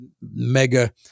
mega